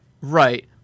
right